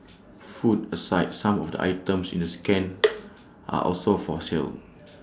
food aside some of the items in the scan are also for sale